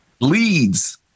leads